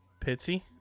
Pitsy